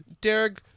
Derek